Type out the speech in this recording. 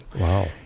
Wow